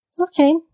Okay